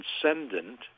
transcendent